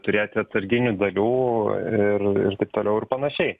turėti atsarginių dalių ir ir taip toliau ir panašiai